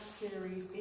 series